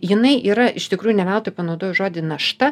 jinai yra iš tikrųjų ne veltui panaudoju žodį našta